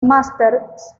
masters